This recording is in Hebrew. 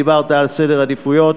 דיברת על סדר עדיפויות,